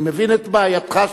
אני מבין את בעייתך,